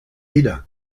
ira